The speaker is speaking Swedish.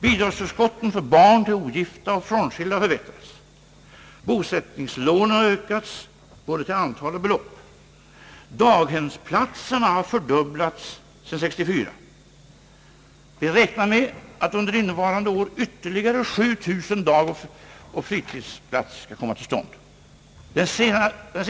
Bidragsförskotten för barn till ogifta och frånskilda har förbättrats, Bosättningslånen har ökat både till antal och belopp. Daghemsplatserna har fördubblats sedan år 1964. Vi räknar med att ytterligare 7 000 dagshemsoch fritidshemsplatser skall komma till stånd detta år.